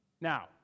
Now